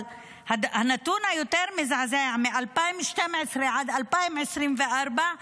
אבל הנתון היותר מזעזע: מ-2012 עד 2024,